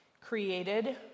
created